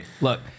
Look